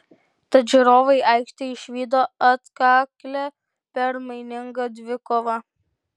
tad žiūrovai aikštėje išvydo atkaklią permainingą dvikovą